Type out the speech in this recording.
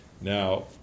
now